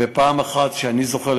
ופעם אחת שאני זוכר,